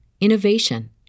innovation